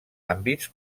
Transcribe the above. àmbits